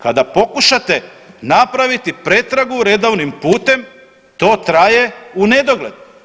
Kada pokušate napraviti pretragu redovnim putem to traje u nedogled.